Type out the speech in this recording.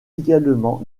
également